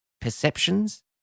perceptions